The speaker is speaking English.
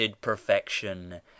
perfection